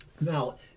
Now